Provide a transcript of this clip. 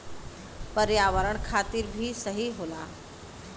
पर्यावरण खातिर भी सही होला